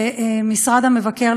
ומשרד המבקר,